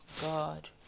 God